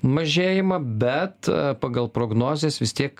mažėjimą bet pagal prognozes vis tiek